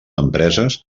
empreses